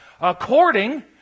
According